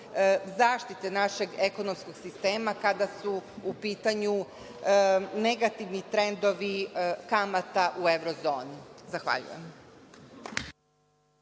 zaštite našeg ekonomskog sistema kada su u pitanju negativni trendovi kamata u evrozoni. Zahvaljujem.